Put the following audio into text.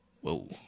whoa